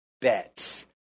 bets